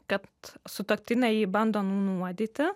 kad sutuoktinė jį bando nunuodyti